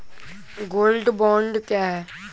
Gold bond क्या है?